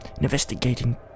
investigating